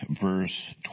verse